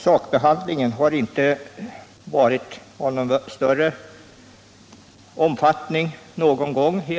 Sakbehandlingen har egentligen inte någon gång varit av större omfattning.